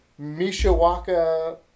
Mishawaka